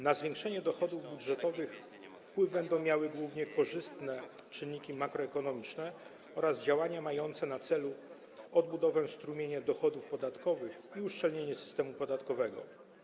Na zwiększenie dochodów budżetowych będą miały wpływ głównie korzystne czynniki makroekonomiczne oraz działania mające na celu odbudowę strumienia dochodów podatkowych i uszczelnienie systemu podatkowego.